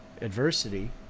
adversity